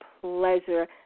pleasure